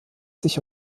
sich